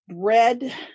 bread